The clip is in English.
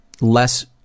less